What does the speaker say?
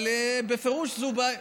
אבל בפירוש זו בעיה.